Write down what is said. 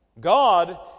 God